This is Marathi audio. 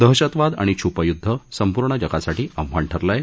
दहशतवाद आणि छुपं युध्द संपुर्ण जगासाठी आव्हान ठरलं आहे